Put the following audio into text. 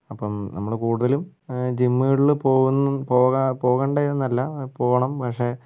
അപ്പം നമ്മള് കുടുതലും ജിമ്മുകളില് പോകും പോകാൻ പോകണ്ടത് എന്നല്ല പോകണം പക്ഷെ